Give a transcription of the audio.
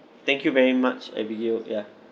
thank you very much abigail ya